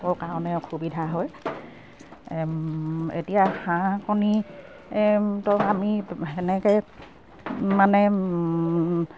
ৰ কাৰণে অসুবিধা হয় এতিয়া হাঁহ কণী ত আমি সেনেকে মানে